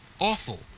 Awful